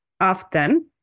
often